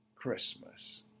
Christmas